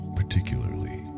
particularly